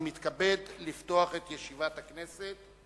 אני מתכבד לפתוח את ישיבת הכנסת.